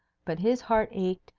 but his heart ached,